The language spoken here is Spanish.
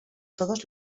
todos